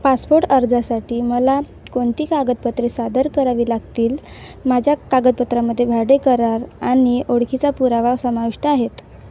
passport अर्जासाठी मला कोणती कागदपत्रे सादर करावी लागतील माझ्या कागदपत्रांमध्ये भाडे करार आणि ओळखीचा पुरावा समाविष्ट आहेत